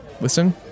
Listen